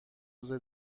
روز